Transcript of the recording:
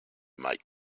make